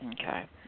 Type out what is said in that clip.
okay